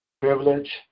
privilege